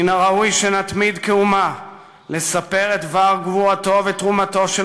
מן הראוי שנתמיד כאומה לספר את דבר גבורתו ותרומתו של